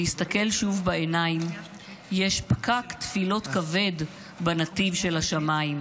להסתכל שוב בעיניים / יש פקק תפילות כבד בנתיב של השמיים.